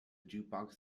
jukebox